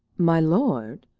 my lord,